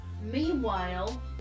Meanwhile